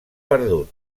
perdut